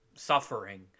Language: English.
suffering